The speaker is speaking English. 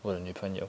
我的女朋友